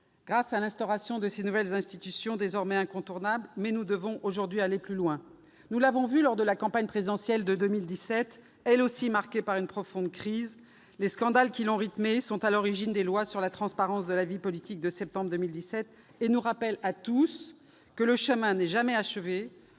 grâce à l'instauration de ces nouvelles institutions, désormais incontournables. Mais nous devons aujourd'hui aller plus loin. Nous l'avons vu lors de la campagne présidentielle de 2017, elle aussi marquée par une profonde crise. Les scandales qui l'ont rythmée sont à l'origine des lois sur la transparence de la vie politique de septembre 2017. Ils nous rappellent à tous qu'on ne parvient jamais au